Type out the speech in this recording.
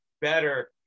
better